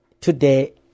today